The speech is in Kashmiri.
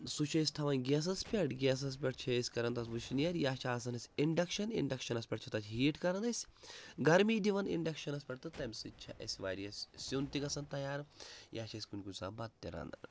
سُہ چھِ أسۍ تھاوَان گیس پٮ۪ٹھ گیسَس پٮ۪ٹھ چھِ أسۍ کَرَان تَتھ وُشنیرِ یا چھِ آسان أسہِ اِنڈَکشن اِنڈَکشَنَس پٮ۪ٹھ چھِ تَتھ ہیٖٹ کَرَان أسۍ گرمی دِوَان اِنڈَکشَنَس پٮ۪ٹھ تہٕ تَمہِ سۭتۍ چھِ اَسہِ واریاہ سیُن تہِ گژھان تیار یا چھِ أسۍ کُنہِ کُنہِ ساتہٕ بَتہٕ تہِ رَنان